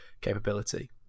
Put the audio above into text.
capability